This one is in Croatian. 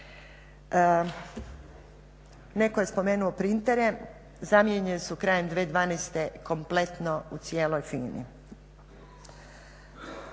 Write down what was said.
Netko je spomenuo printere. Zamijenjeni su krajem 2012. kompletno u cijeloj FINA-i.